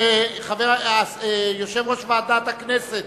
אני מודיע שיושב-ראש ועדת הכנסת,